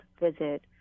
visit